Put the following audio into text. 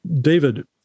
David